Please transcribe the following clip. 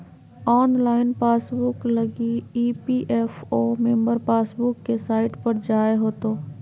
online passbook लगी EPFO member passbook के site पर जाय होतो